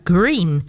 Green